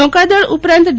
નૌકાદળ ઉપરાંત ડી